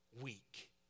weak